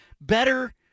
better